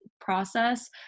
process